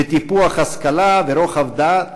בטיפוח השכלה ורוחב דעת,